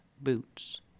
boots